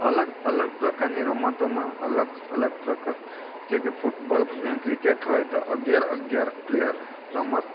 અલગ અલગ પ્રકારની રમતોમાં અલગ અલગ પ્રકાર જે કે ફૂટબોલ ક્રિકેટ હોય તો અગિયાર અગિયાર પ્લેયર રમત